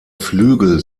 flügel